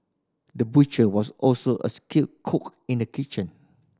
the butcher was also a skilled cook in the kitchen